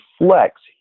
reflects